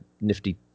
nifty